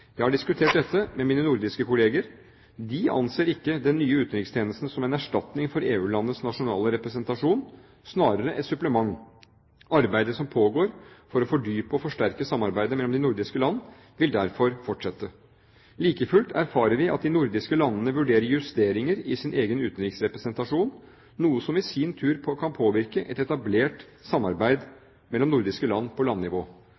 Jeg har diskutert dette med mine nordiske kollegaer. De anser ikke den nye utenrikstjenesten som en erstatning for EU-landenes nasjonale representasjon – snarere et supplement. Arbeidet som pågår for å fordype og forsterke samarbeidet mellom de nordiske land, vil derfor fortsette. Like fullt erfarer vi at de nordiske landene vurderer justeringer i sin egen utenriksrepresentasjon, noe som i sin tur kan påvirke et etablert samarbeid mellom nordiske land på landnivå.